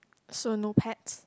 so no pets